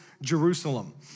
Jerusalem